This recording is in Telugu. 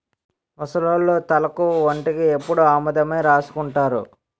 ముసలోళ్లు తలకు ఒంటికి ఎప్పుడు ఆముదమే రాసుకుంటారు